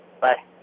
Bye